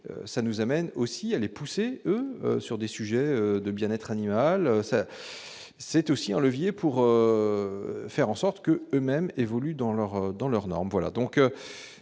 ça nous amène aussi à des poussées sur des sujets de bien être animal, ça, c'est aussi un levier pour faire en sorte que les mêmes évoluent dans leurs, dans